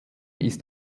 ist